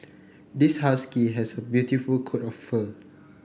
this husky has a beautiful coat of fur